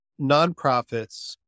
nonprofits